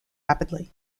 rapidly